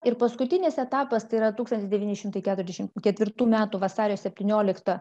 ir paskutinis etapas tai yra tūkstantis devyni šimtai keturiasdešim ketvirtų metų vasario septyniolikta